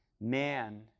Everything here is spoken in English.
man